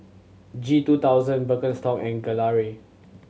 G two thousand Birkenstock and Gelare